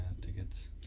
tickets